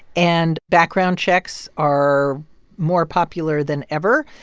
and background checks are more popular than ever.